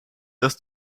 dass